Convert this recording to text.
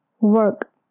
Work